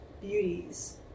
beauties